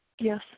Yes